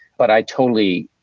but i totally